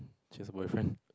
she has a boyfriend